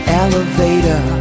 elevator